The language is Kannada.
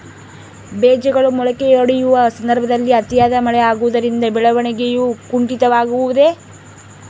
ಬೇಜಗಳು ಮೊಳಕೆಯೊಡೆಯುವ ಸಂದರ್ಭದಲ್ಲಿ ಅತಿಯಾದ ಮಳೆ ಆಗುವುದರಿಂದ ಬೆಳವಣಿಗೆಯು ಕುಂಠಿತವಾಗುವುದೆ?